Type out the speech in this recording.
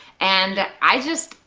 and i just,